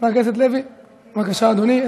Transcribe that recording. חבר הכנסת לוי, בבקשה, אדוני.